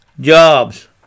jobs